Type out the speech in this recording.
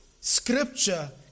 Scripture